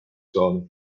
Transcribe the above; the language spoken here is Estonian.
saada